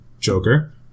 Joker